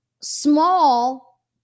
small